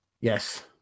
Yes